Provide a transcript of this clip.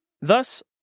Thus